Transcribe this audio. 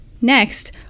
Next